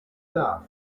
love